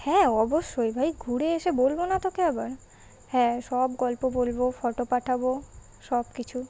হ্যাঁ অবশ্যই ভাই ঘুরে এসে বলব না তোকে আবার হ্যাঁ সব গল্প বলব ফোটো পাঠাব সব কিছু